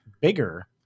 Bigger